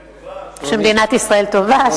שמדינת ישראל היא טובה.